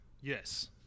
Yes